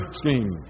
scheme